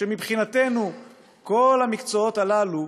שמבחינתנו כל המקצועות הללו,